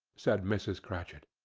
said mrs. cratchit.